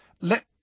Let